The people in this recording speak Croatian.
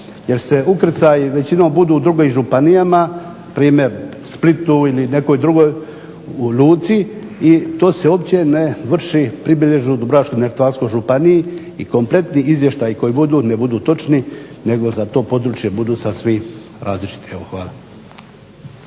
jer se ukrcaji većinom budu u drugim županijama, primjer Splitu ili nekoj drugoj luci i to se uopće ne vrši pribilježbu u Dubrovačko-neretvanskoj županiji. I kompletni izvještaji koji budu ne budu točni nego za to područje budu sasvim različiti. Evo